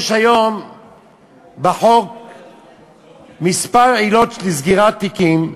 יש היום בחוק כמה עילות לסגירת תיקים,